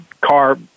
car